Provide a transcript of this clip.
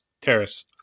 Terrace